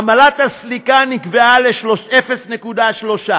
עמלת הסליקה נקבעה ל-0.3%,